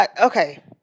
Okay